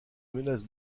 menace